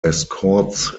escorts